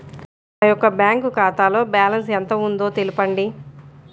నా యొక్క బ్యాంక్ ఖాతాలో బ్యాలెన్స్ ఎంత ఉందో తెలపండి?